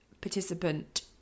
participant